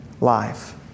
life